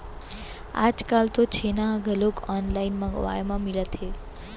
आजकाल तो छेना ह घलोक ऑनलाइन मंगवाए म मिलत हे